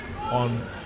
on